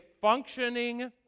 functioning